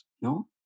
no